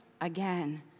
again